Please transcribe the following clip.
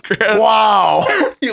Wow